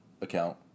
Account